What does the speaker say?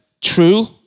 true